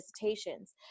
visitations